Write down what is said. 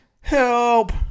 help